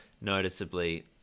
Noticeably